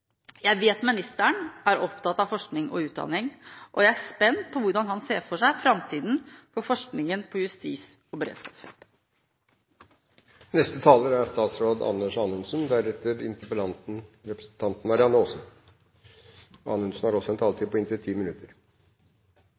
Jeg vet at ministeren er opptatt av forskning og utdanning. Jeg er spent på å få høre hvordan han ser for seg framtida for forskningen på justis og